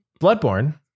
bloodborne